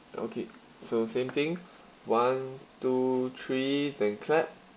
okay so same thing one two three and clap